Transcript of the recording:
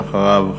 ואחריו,